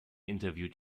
interviewed